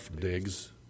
digs